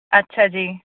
ਅੱਛਾ ਜੀ